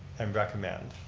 and recommend.